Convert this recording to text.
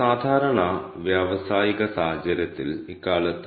പരിഹാര രീതിശാസ്ത്രത്തിന്റെ ഭാഗമായി ഒരു